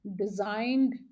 designed